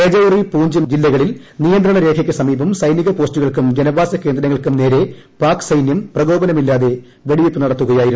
രജൌരി പൂഞ്ച് ജില്ല്കളിൽ നിയന്ത്രണ രേഖയ്ക്ക് സമീപം സൈനിക പോസ്റ്റുകൾക്കും ഒജ്നവാസ കേന്ദ്രങ്ങൾക്കും നേരെ പാക് സൈന്യം പ്രകോപനം ഇല്ലാതെ വെടിവെയ്പ്പ് നടത്തുകയായിരുന്നു